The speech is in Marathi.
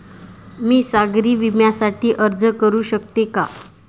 मी सागरी विम्यासाठी अर्ज करू शकते का?